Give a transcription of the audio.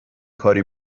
کاری